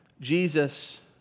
Jesus